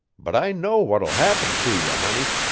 but i know what'll happen to ye, honey.